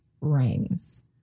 rings